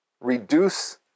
reduce